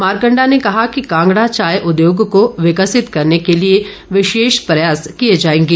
मारकंडा ने कहा कि कांगड़ा चाय उद्योग को विकसित करने के लिए विशेष प्रयास किए जाएंगे